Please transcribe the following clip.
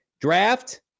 Draft